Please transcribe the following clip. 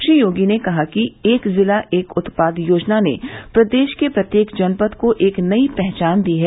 श्री योगी ने कहा कि एक जिला एक उत्पाद योजना ने प्रदेश के प्रत्येक जनपद को एक नई पहचान दी हैं